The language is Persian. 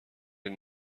این